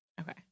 Okay